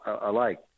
alike